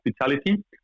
hospitality